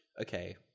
okay